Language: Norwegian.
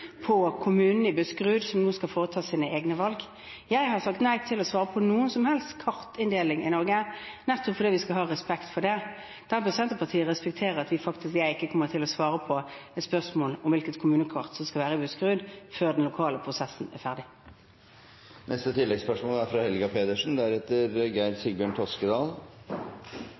på kommunene i Buskerud, som nå skal foreta sine egne valg. Jeg har sagt nei til å svare på noe som helst spørsmål om kommunekart i Norge, nettopp fordi vi skal ha respekt for det. Da bør Senterpartiet respektere at jeg ikke kommer til å svare på et spørsmål om hvilket kommunekart som skal være i Buskerud, før den lokale prosessen er ferdig.